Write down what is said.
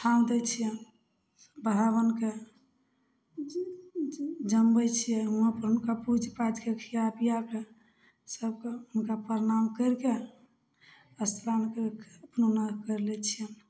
ठाँउ दै छिअनि ब्राह्मणके जिमबै छिए वहाँपर हुनका पुजि पाजिके खिआ पिआकऽ सभके हुनका प्रणाम करिके अस्नान करिके अपनो करि लै छिअनि